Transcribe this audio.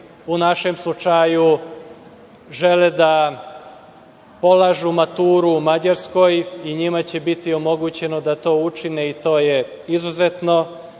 u našem slučaju, žele da polažu maturu u Mađarskoj, i njima će biti omogućeno da to učine i to je izuzetno